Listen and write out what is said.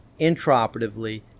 intraoperatively